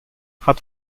hat